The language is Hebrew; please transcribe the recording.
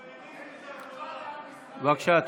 בבקשה.